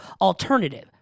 alternative